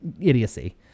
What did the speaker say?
idiocy